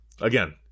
again